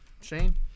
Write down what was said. Shane